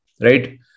right